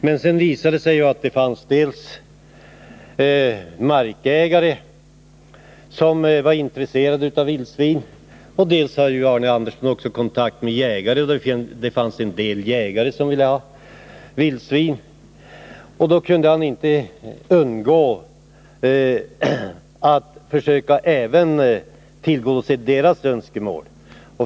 Men sedan visade det sig att det fanns markägare som var intresserade av vildsvin, och Arne Andersson hade också kontakt med en del jägare som gärna ville ha vildsvin. Då kunde han inte undgå att försöka tillgodose även deras önskemål.